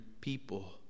people